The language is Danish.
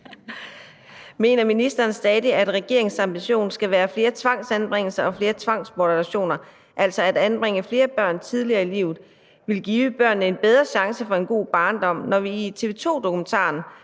Mener ministeren stadig, at regeringens ambition om flere tvangsanbringelser og flere tvangsbortadoptioner – altså at anbringe flere børn tidligere i livet – vil give børnene en bedre chance for en god barndom, når vi i TV 2-dokumentaren